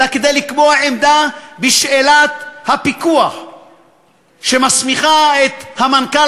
אלא כדי לקבוע עמדה בשאלת הפיקוח שמסמיכה את המנכ"ל